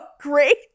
great